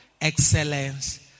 excellence